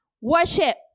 Worship